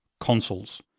consoles.